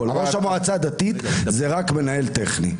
ראש המועצה הדתית הוא רק מנהל טכני.